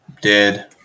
dead